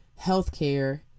healthcare